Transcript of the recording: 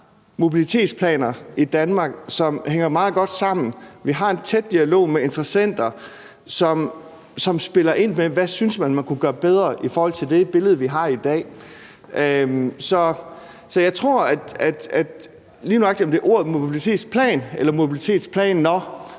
mobilitetsplaner i Danmark, som hænger meget godt sammen. Vi har en tæt dialog med interessenter, som spiller ind med, hvad de synes man kunne gøre bedre i forhold til det billede, vi har i dag. Så jeg tror, at det lige nøjagtig er ordet mobilitetsplan eller mobilitetsplaner, der